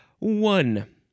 One